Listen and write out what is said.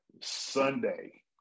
Sunday